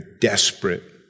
desperate